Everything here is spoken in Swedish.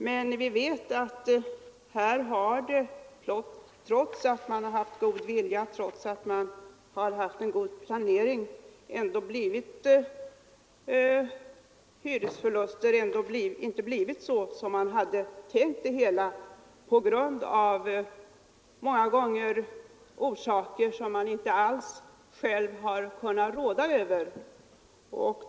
Men vi vet att trots att man har haft god vilja och trots att man har haft en god planering har det ändå uppkommit hyresförluster — det har inte blivit så som man har tänkt sig det hela, många gånger på grund av förhållanden som man inte själv har kunnat råda över.